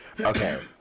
Okay